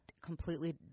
completely